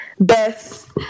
Beth